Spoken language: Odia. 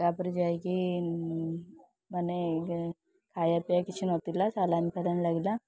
ତା'ପରେ ଯାଇକି ମାନେ ଖାଇବା ପିଇବା କିଛି ନଥିଲା ସାଲାଇନ୍ ଫାଲାଇନ୍ ଲାଗିଲା